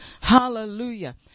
Hallelujah